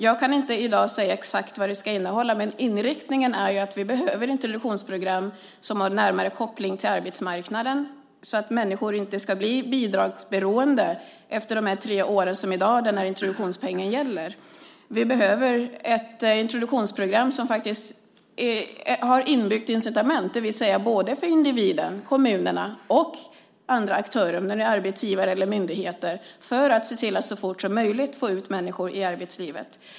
Jag kan i dag inte säga exakt vad de ska innehålla, men inriktningen är att vi behöver introduktionsprogram som har närmare koppling till arbetsmarknaden så att människor inte blir bidragsberoende efter de tre år som dagens introduktionspeng gäller. Vi behöver introduktionsprogram som har inbyggda incitament både för individen, kommunerna och andra aktörer, om de nu är arbetsgivare eller myndigheter, för att så fort som möjligt få ut människorna i arbetslivet.